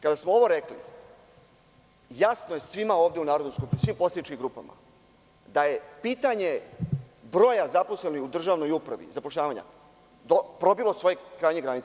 Kada smo ovo rekli, jasno je svima ovde u Narodnoj skupštini, svim poslaničkim grupama, da je pitanje broja zaposlenih u državnoj upravi probilo svoje krajnje granice.